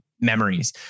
memories